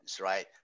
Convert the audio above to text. right